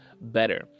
better